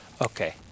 Okay